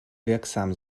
wirksam